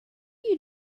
you